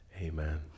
amen